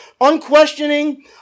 Unquestioning